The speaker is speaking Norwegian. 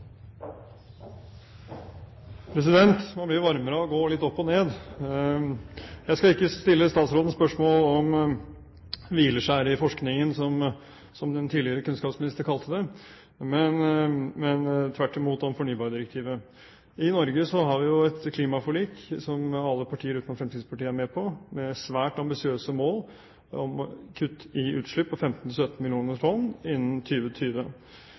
ned! Jeg skal ikke stille utenriksministeren spørsmålet om hvileskjær i forskningen, som en tidligere kunnskapsminister kalte det, men tvert imot om fornybardirektivet. I Norge har vi et klimaforlik, som alle partier utenom Fremskrittspartiet er med på, med svært ambisiøse mål om kutt i utslipp på 15–17 millioner tonn innen